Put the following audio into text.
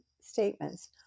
statements